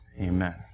Amen